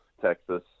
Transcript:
Texas